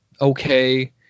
okay